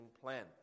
plan